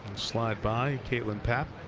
slide by kaitlyn papp,